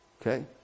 Okay